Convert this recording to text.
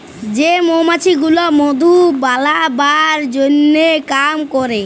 যে মমাছি গুলা মধু বালাবার জনহ কাম ক্যরে